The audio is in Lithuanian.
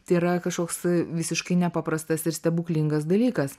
tai yra kažkoks visiškai nepaprastas ir stebuklingas dalykas